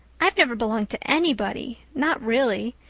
i've never belonged to anybody not really.